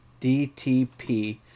DTP